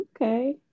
Okay